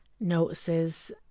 notices